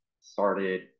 started